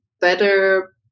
better